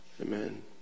Amen